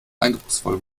eindrucksvoll